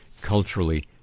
culturally